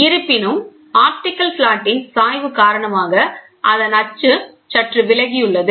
இருப்பினும் ஆப்டிகல் பிளாட்டின் சாய்வு காரணமாக அதன் அச்சு சற்று விலகியுள்ளது